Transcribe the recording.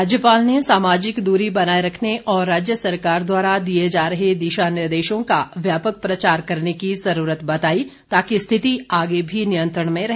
राज्यपाल ने सामाजिक दूरी बनाए रखने और राज्य सरकार द्वारा दिए जा रहे दिशा निर्देशों का व्यापक प्रचार करने की ज़रूरत बताई ताकि स्थिति आगे भी नियंत्रण में रहे